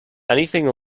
anything